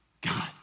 God